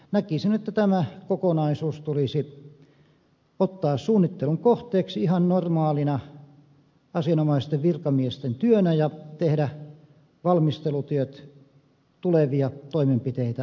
näkisin että tämä kokonaisuus tulisi ottaa suunnittelun kohteeksi ihan normaalina asianomaisten virkamiesten työnä ja tehdä valmistelutyöt tulevia toimenpiteitä varten